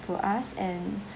for us and